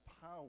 power